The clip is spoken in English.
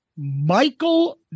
michael